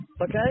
okay